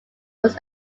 was